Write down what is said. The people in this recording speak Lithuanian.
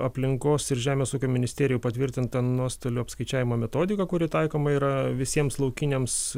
aplinkos ir žemės ūkio ministerijų patvirtintą nuostolių apskaičiavimo metodiką kuri taikoma yra visiems laukiniams